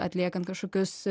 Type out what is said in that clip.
atliekant kažkokius